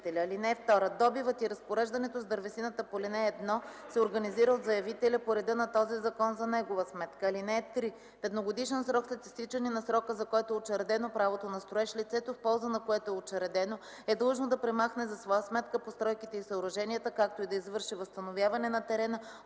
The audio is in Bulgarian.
(2) Добивът и разпореждането с дървесината по ал. 1 се организира от заявителя по реда на този закон за негова сметка. (3) В едногодишен срок след изтичане на срока, за който е учредено правото на строеж, лицето, в полза на което е учредено, е длъжно да премахне за своя сметка, постройките и съоръженията, както и да извърши възстановяване на терена,